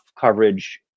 coverage